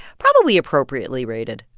probably appropriately rated.